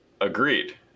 Agreed